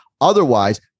Otherwise